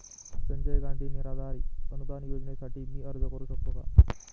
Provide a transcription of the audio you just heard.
संजय गांधी निराधार अनुदान योजनेसाठी मी अर्ज करू शकतो का?